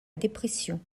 dépression